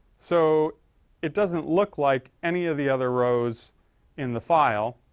so it doesn't look like any of the other rows in the file.